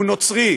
והוא נוצרי,